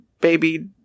baby